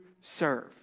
serve